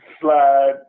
slide